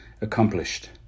accomplished